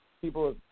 people